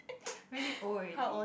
really old already